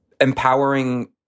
empowering